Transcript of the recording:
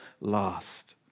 last